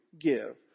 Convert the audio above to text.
give